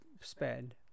spend